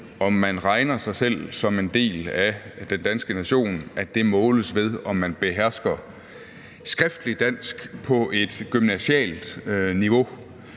om man regner sig selv som en del af den danske nation, måles ved, om man behersker skriftlig dansk på et gymnasialt niveau.